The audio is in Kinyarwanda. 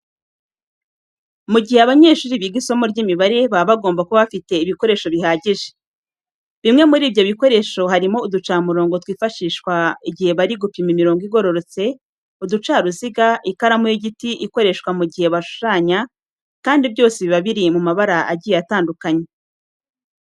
Mu gihe abanyeshuri biga isomo ry'imibare, baba bagomba kuba bafite ibikoresho bihagije. Bimwe muri ibyo bikoresho harimo uducamurongo twifashishwa igihe bari gupima imirongo igororotse, uducaruziga, ikaramu y'igiti ikoreshwa mu gihe bashushyanya kandi byose biba biri mu mabara agiye atandukanye.